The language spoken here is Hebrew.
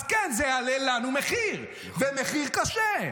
אז כן, זה יעלה לנו מחיר ומחיר קשה.